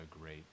great